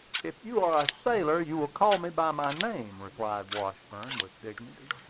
if you are a sailor, you will call me by my name, replied washburn, with dignity.